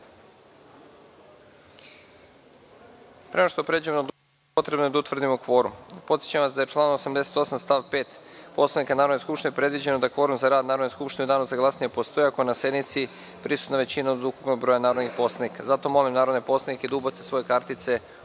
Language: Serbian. nego što pređemo na odlučivanje, potrebno je da utvrdimo kvorum. Podsećam vas da je članom 88. stav 5. Poslovnika Narodne skupštine predviđeno da kvorum za rad Narodne skupštine u danu za glasanje postoji ako je na sednici prisutna većina od ukupnog broja narodnih poslanika. Molim narodne poslanike da ubace svoje kartice u